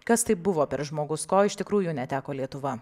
kas tai buvo per žmogus ko iš tikrųjų neteko lietuva